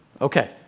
Okay